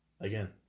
again